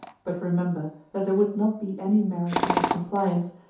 but remember, that there would not be any merit in your compliance,